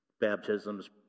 baptisms